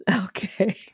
Okay